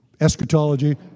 eschatology